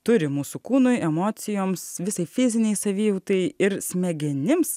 turi mūsų kūnui emocijoms visai fizinei savijautai ir smegenims